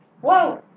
Whoa